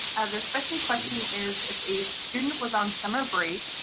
the second question is, if a student was on summer break,